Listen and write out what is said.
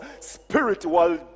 spiritual